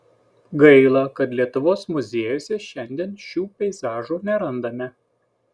gaila kad lietuvos muziejuose šiandien šių peizažų nerandame